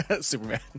Superman